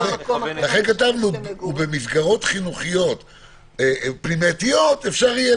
- לכן כתבנו: ובמסגרות חינוכיות פנימייתיות אפשר יהיה,